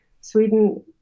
Sweden